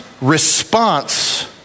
response